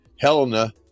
Helena